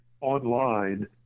online